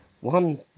one